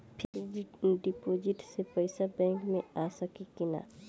Fix deposit से पैसा bank मे आ सकी कि ना?